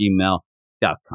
gmail.com